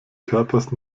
körpers